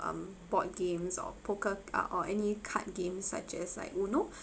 um board games or poker uh or any card games such as like uno